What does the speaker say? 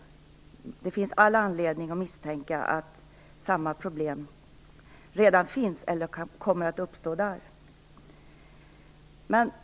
Det finns all anledning att misstänka att samma problem redan finns eller kommer att uppstå där.